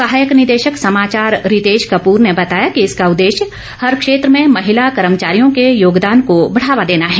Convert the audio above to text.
सहायक निदेशक समाचार रितेश कपूर ने बताया कि इसका उद्देश्य हर क्षेत्र में महिला कर्मचारियों के योगदान को बढ़ावा देना है